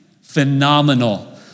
Phenomenal